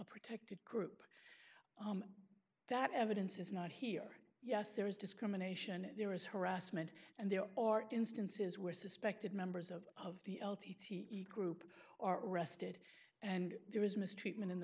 protected group that evidence is not here yes there is discrimination there is harassment and there are instances where suspected members of of the l t e group are arrested and there is mistreatment in the